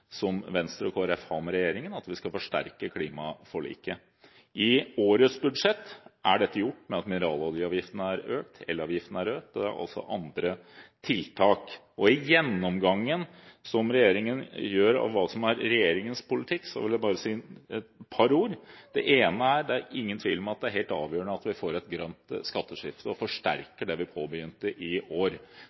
som Venstre og Kristelig Folkeparti har med regjeringen, at vi skal forsterke klimaforliket. I årets budsjett er dette gjort ved at mineraloljeavgiften og elavgiften er økt. Det er også andre tiltak. Om gjennomgangen som regjeringen gjør av hva som er regjeringens politikk, vil jeg bare si et par ord. Det ene er: Det er ingen tvil om at det er helt avgjørende at vi får et grønt skatteregime og forsterker det vi begynte i år.